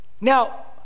now